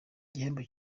igihembo